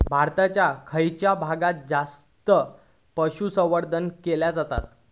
भारताच्या खयच्या भागात जास्त पशुसंवर्धन केला जाता?